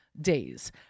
days